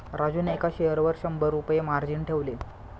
राजूने एका शेअरवर शंभर रुपये मार्जिन ठेवले